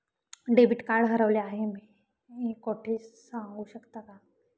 Debit card हरवले आहे हे मी कोठे सांगू शकतो?